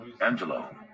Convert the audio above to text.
Angelo